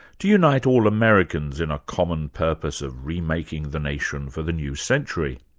to unite all americans in a common purpose of re-making the nation for the new century.